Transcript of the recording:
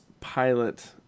pilot